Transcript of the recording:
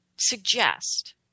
suggest